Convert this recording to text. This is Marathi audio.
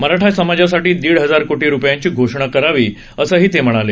मराठा समाजासाठी दीड हजार कोटी रुपयांची घोषणा करावी असंही ते म्हणाले